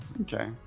Okay